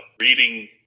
reading